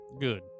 Good